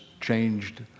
changed